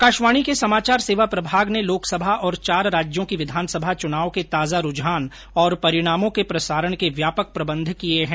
आकाशवाणी के समाचार सेवा प्रभाग ने लोकसभा और चार राज्यों की विधानसभा चुनाव के ताजा रूझान और परिणामों के प्रसारण के व्यापक प्रबंध किए हैं